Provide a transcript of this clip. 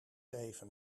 even